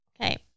Okay